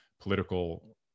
political